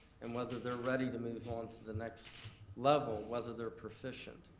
and whether they're ready to move on to the next level whether they're proficient.